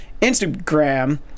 instagram